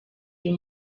uyu